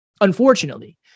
unfortunately